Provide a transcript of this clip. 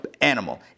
animal